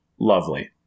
lovely